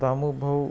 Damu Bhau